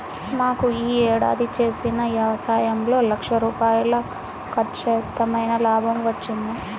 మాకు యీ ఏడాది చేసిన యవసాయంలో లక్ష రూపాయలు ఖచ్చితమైన లాభం వచ్చింది